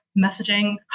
messaging